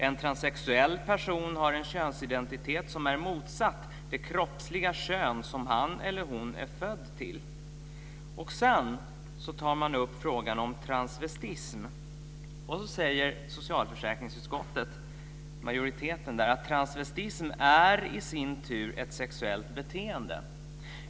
En transsexuell person har en könsidentitet som är motsatt det kroppsliga kön som han eller hon är född till." Sedan tar man upp frågan om transvestism. Då skriver majoriteten i socialförsäkringsutskottet: "Transvestism är i sin tur ett sexuellt beteende."